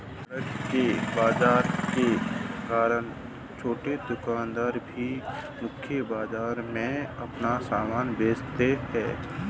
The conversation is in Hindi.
सड़क के बाजार के कारण छोटे दुकानदार भी मुख्य बाजार में अपना सामान बेचता है